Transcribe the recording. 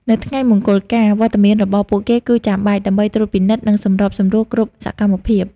នៅថ្ងៃមង្គលការ វត្តមានរបស់ពួកគេគឺចាំបាច់ ដើម្បីត្រួតពិនិត្យ និងសម្របសម្រួលគ្រប់សកម្មភាព។